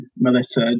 Melissa